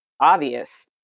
obvious